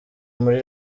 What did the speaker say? muri